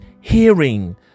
hearing